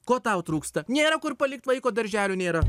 ko tau trūksta nėra kur palikt vaiko darželio nėra